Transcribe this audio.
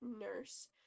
nurse